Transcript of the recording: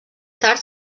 tard